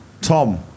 Tom